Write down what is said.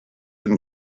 and